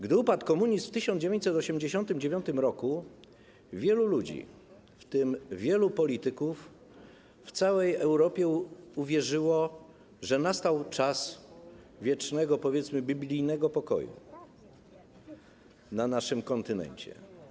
Gdy upadł komunizm w 1989 r., wielu ludzi, w tym wielu polityków w całej Europie, uwierzyło, że nastał czas wiecznego, powiedzmy, biblijnego pokoju na naszym kontynencie.